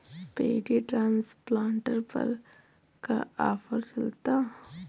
Paddy transplanter पर का offer चलता?